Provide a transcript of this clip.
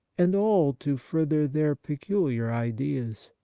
and all to further their peculiar ideas.